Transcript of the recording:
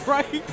Right